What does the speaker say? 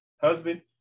Husband